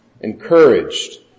encouraged